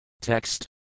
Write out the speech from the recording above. Text